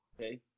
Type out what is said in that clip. Okay